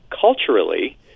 culturally